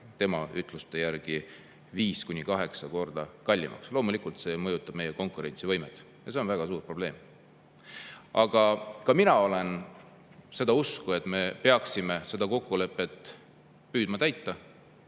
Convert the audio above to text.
tema ütluste järgi viis kuni kaheksa korda kallimaks. Loomulikult see mõjutab meie konkurentsivõimet. Ja see on väga suur probleem. Aga ka mina olen seda usku, et me peaksime püüdma seda kokkulepet täita.